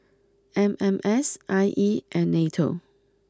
M M S I E and Nato